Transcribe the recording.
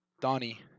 Donnie